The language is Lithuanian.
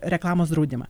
reklamos draudimą